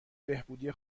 بهبودی